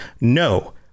no